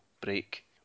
break